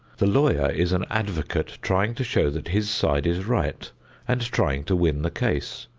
the lawyer is an advocate trying to show that his side is right and trying to win the case.